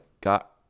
got